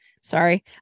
sorry